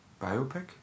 biopic